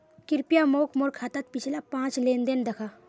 कृप्या मोक मोर खातात पिछला पाँच लेन देन दखा